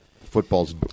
football's